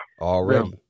Already